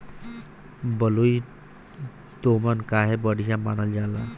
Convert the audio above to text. बलुई दोमट काहे बढ़िया मानल जाला?